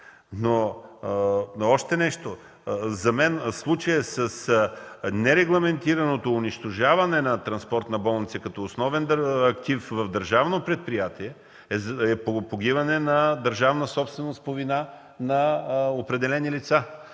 И още нещо. За мен случаят с нерегламентираното унищожаване на транспортна болница като основен актив в държавно предприятие, е погиване на държавна собственост по вина на определени лица.